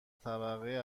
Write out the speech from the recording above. طبقه